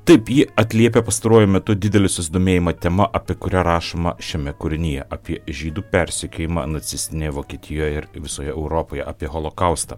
taip ji atliepia pastaruoju metu didelį susidomėjimą tema apie kurią rašoma šiame kūrinyje apie žydų persekiojimą nacistinėje vokietijoje ir visoje europoje apie holokaustą